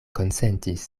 konsentis